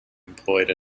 employed